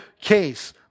case